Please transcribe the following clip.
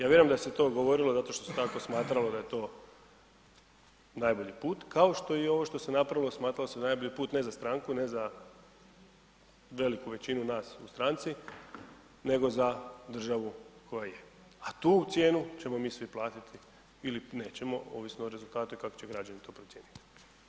Ja vjerujem da se to govorilo zato što se tako smatralo da je to najbolji put, kao što je i ovo što se napravilo smatralo se a je najbolji put ne za stranku, ne za veliku većinu nas u stranci nego za državu koja je, a tu cijenu ćemo mi svi platiti ili nećemo ovisno o rezultatima kako će građani to procijeniti.